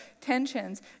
tensions